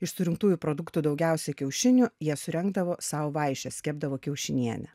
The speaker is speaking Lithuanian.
iš surinktųjų produktų daugiausiai kiaušinių jie surengdavo sau vaišes kepdavo kiaušinienę